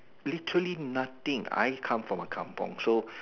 literally I come from a Kampong so